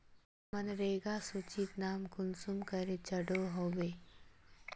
मनरेगा सूचित नाम कुंसम करे चढ़ो होबे?